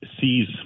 sees